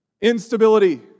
Instability